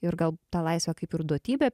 ir gal tą laisvę kaip ir duotybę